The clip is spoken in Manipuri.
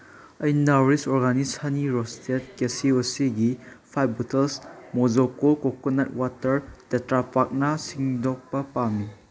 ꯑꯩ Nourish organic honey roasted cashew ꯑꯁꯤ ꯐꯥꯏꯚ ꯕꯣꯇꯜꯁ ꯃꯣꯖꯣꯀꯣ ꯀꯣꯀꯣꯅꯠ ꯋꯥꯇꯔ ꯇꯦꯇ꯭ꯔꯥꯄꯥꯛꯅ ꯁꯤꯟꯗꯣꯛꯄ ꯄꯥꯝꯃꯤ